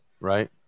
Right